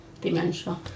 dementia